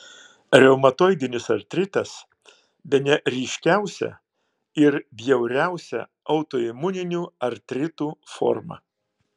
reumatoidinis artritas bene ryškiausia ir bjauriausia autoimuninių artritų forma